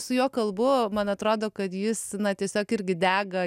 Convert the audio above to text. su juo kalbu man atrodo kad jis na tiesiog irgi dega